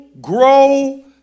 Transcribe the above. grow